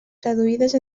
traduïdes